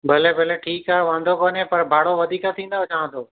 भले भले ठीकु आहे वांदो कोन्हे पर भाड़ो वधीक थींदुव तव्हांजो